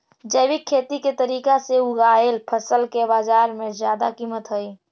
जैविक खेती के तरीका से उगाएल फसल के बाजार में जादा कीमत हई